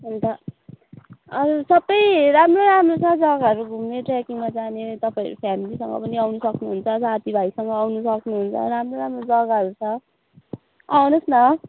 अन्त अरू सबै राम्रो राम्रो छ जग्गाहरू घुम्ने ट्रेकिङमा जाने तपाईँहरू फेमिलीसँग पनि आउनु सक्नुहुन्छ साथीभाइसँग आउनु सक्नुहुन्छ राम्रो राम्रो जग्गाहरू छ आउनुहोस् न